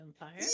Empire